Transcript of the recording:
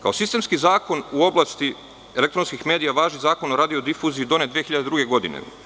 Kao sistemski zakon u oblasti elektronskih medija važi Zakon o radiodifuziji, donet 2002. godine.